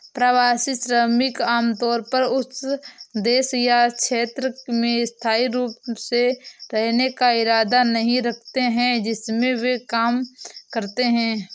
प्रवासी श्रमिक आमतौर पर उस देश या क्षेत्र में स्थायी रूप से रहने का इरादा नहीं रखते हैं जिसमें वे काम करते हैं